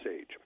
Age